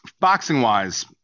boxing-wise